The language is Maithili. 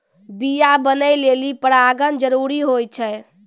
बीया बनै लेलि परागण जरूरी होय छै